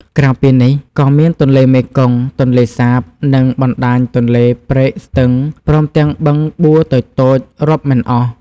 ក្រៅពីនេះ ក៏មានទន្លេមេគង្គ ទន្លេសាប និងបណ្ដាញទន្លេ ព្រែក ស្ទឹង ព្រមទាំងបឹងបួរតូចៗរាប់មិនអស់។